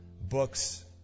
books